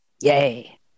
Yay